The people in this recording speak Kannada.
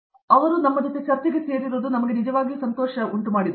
ಆದುದರಿಂದ ಅವರು ನಮ್ಮ ಜೊತೆ ಚರ್ಚೆಗೆ ಸೇರಿಕೊಳ್ಳಲು ನಾವು ನಿಜವಾಗಿಯೂ ಸಂತೋಷ ಪಡುತ್ತೇವೆ